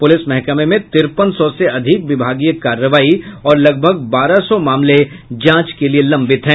प्रलिस महकमे में तिरपन सौ से अधिक विभागीय कार्रवाई और लगभग बारह सौ मामले जांच के लिए लंबित है